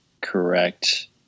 correct